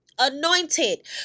Anointed